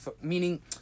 meaning